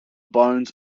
bones